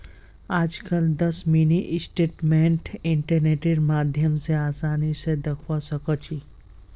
आजकल दस mini statement इन्टरनेटेर माध्यम स आसानी स दखवा सखा छी